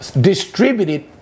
distributed